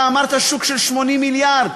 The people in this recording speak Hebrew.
אתה אמרת: שוק של 80 מיליארד,